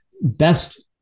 best